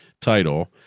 title